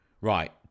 right